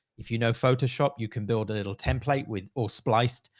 if you know photoshop, you can build a little template with all spliced.